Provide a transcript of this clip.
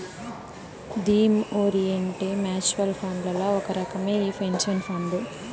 theme orient mutual ఫండ్లల్ల ఒక రకమే ఈ పెన్సన్ ఫండు